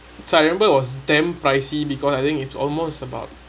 so I remember it was damn pricey because I think it's almost about